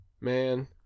Man